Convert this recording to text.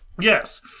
Yes